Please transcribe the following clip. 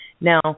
Now